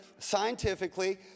Scientifically